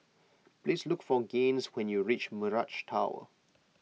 please look for Gaines when you reach Mirage Tower